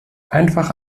einfach